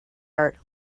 art